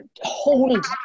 hold